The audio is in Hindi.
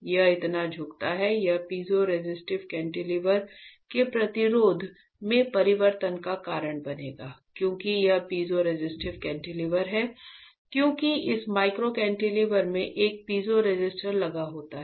यह कितना झुकता है यह पीज़ोरेसिस्टिव कैंटिलीवर के प्रतिरोध में परिवर्तन का कारण बनेगा क्योंकि यह पीज़ोरेसिस्टिव कैंटिलीवर है क्योंकि इस माइक्रो कैंटिलीवर में एक पीज़ो रेसिस्टर लगा होता है